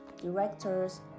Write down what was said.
directors